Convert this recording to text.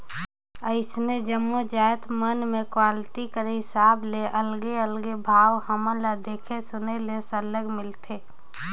अइसने जम्मो जाएत मन में क्वालिटी कर हिसाब ले अलगे अलगे भाव हमन ल देखे सुने ले सरलग मिलथे